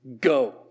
Go